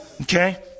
Okay